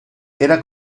era